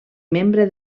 membre